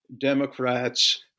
Democrats